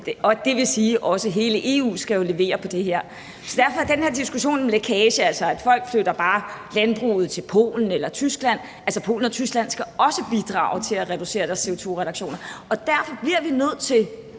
og det vil sige, at også hele EU skal levere på det her. Derfor vil jeg sige til den her diskussion om lækage, altså at folk bare flytter landbruget til Polen eller Tyskland, at Polen og Tyskland altså også skal bidrage ved at reducere deres CO2-udledninger. Derfor bliver vi nødt til